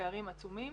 הפערים עצומים.